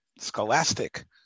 scholastic